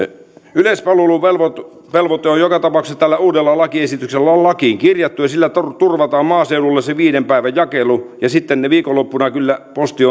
yleispalveluvelvoite on joka tapauksessa tällä uudella lakiesityksellä lakiin kirjattu ja sillä turvataan maaseudulle se viiden päivän jakelu ja sitten viikonloppuna kyllä posti